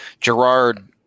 Gerard